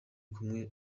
kumwe